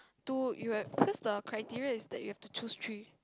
two you have cause the criteria is that you have to choose three